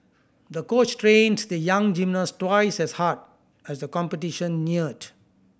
the coach trained the young gymnast twice as hard as the competition neared